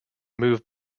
move